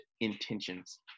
intentions